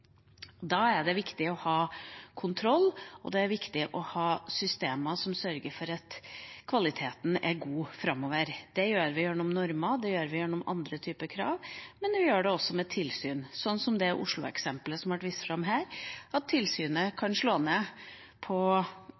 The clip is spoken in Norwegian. Da er det viktig å ha kontroll, og det er viktig å ha systemer som sørger for at kvaliteten er god framover. Det gjør vi gjennom normer, det gjør vi gjennom andre typer krav, men vi gjør det også med tilsyn, sånn som eksempelet fra Oslo, som ble vist fram her, at tilsynet kan slå ned på